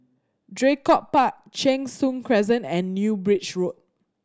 Draycott Park Cheng Soon Crescent and New Bridge Road